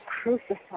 crucified